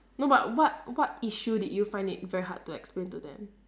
no but what what issue did you find it very hard to explain to them